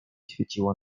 świeciło